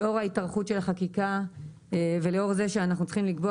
ולאור ההתארכות של החקיקה ולאור זה שאנחנו צריכים לקבוע